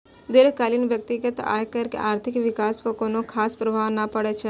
दीर्घकाल मे व्यक्तिगत आयकर के आर्थिक विकास पर कोनो खास प्रभाव नै पड़ै छै